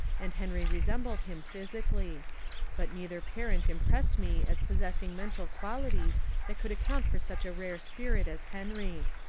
and henry resembled him physically but neither parent impressed me as possessing mental qualities that could account, for such a rare spirit as henry.